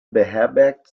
beherbergt